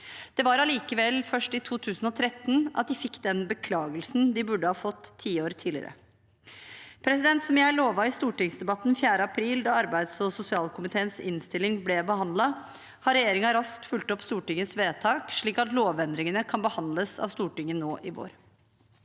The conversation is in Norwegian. Det var allikevel først i 2013 de fikk den beklagelsen de burde ha fått tiår tidligere. Som jeg lovet i stortingsdebatten 4. april, da arbeids- og sosialkomiteens innstilling ble behandlet, har regjeringen raskt fulgt opp Stortingets vedtak, slik at lovendringene kan behandles av Stortinget nå i vår.